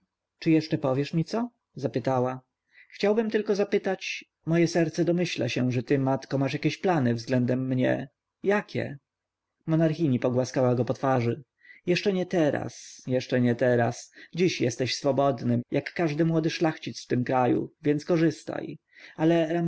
czy jeszcze powiesz mi co zapytała chciałbym tylko zapytać moje serce domyśla się że ty matko masz jakieś plany względem mnie jakie monarchini pogłaskała go po twarzy jeszcze nie teraz jeszcze nie teraz dziś jesteś swobodnym jak każdy młody szlachcic w tym kraju więc korzystaj ale